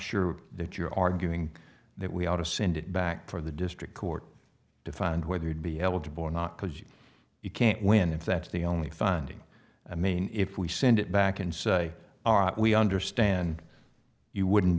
sure that you're arguing that we ought to send it back for the district court to find whether you'd be eligible or not because you can't win if that's the only finding i mean if we send it back and say all right we understand you wouldn't